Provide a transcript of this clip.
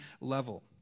level